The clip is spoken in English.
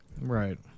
Right